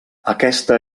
aquesta